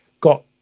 got